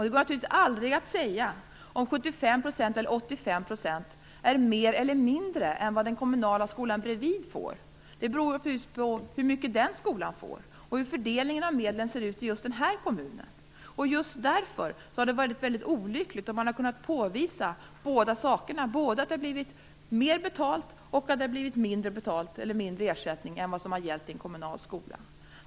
Det går naturligtvis aldrig att säga om 75 % eller 80 % är mer eller mindre än vad den kommunala skolan bredvid får. Det beror på hur mycket just den skolan får och hur fördelningen av medlen ser ut i kommunen. Därför har det varit olyckligt, och man har kunnat påvisa både att de fått mer betalt och att det blivit mindre ersättning än vad som gällt i en kommunal skola.